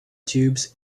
tubes